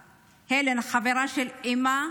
הלן, החברה של האימא,